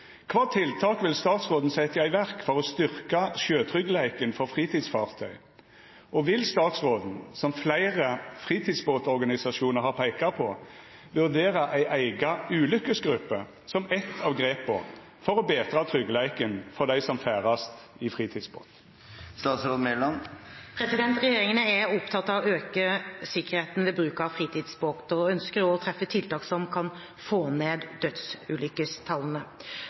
Kva tiltak vil statsråden setja i verk for å styrkja sjøtryggleiken for fritidsfartøy, og vil statsråden, som fleire fritidsbåtorganisasjonar har peika på, vurdera ei eiga 'ulukkesgruppe' som eitt av grepa for å betra tryggleiken for dei som ferdast i fritidsbåt?» Regjeringen er opptatt av å øke sikkerheten ved bruk av fritidsbåter og ønsker å treffe tiltak som kan få ned